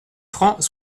francs